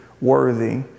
worthy